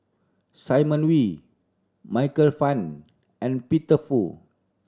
Simon Wee Michael Fam and Peter Fu